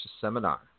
seminar